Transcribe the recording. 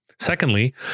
Secondly